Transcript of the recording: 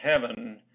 heaven